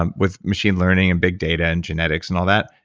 um with machine learning, and big data, and genetics, and all that.